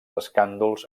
escàndols